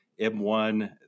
M1